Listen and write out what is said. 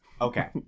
Okay